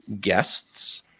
guests